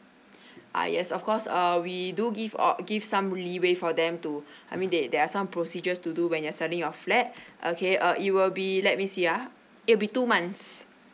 ah yes of course err we do give uh give some leway for them to I mean there there are some procedures to do when you're selling your flat okay uh it will be let me see ah it will be two months